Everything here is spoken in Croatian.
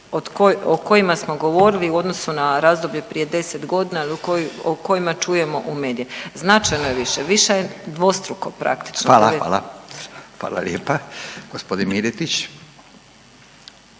o kojima smo govorili u odnosu na razdoblje prije 10 godina ili o kojima čujemo u medijima, značajno više. Viša je dvostruko praktično. **Radin, Furio (Nezavisni)** Hvala, hvala, hvala lijepa. Gospodin Miletić.